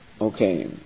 Okay